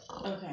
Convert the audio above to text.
Okay